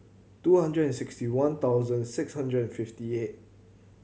two hundred and sixty one thousand six hundred and fifty eight